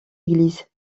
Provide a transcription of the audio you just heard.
église